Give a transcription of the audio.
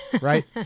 right